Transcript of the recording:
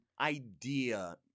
idea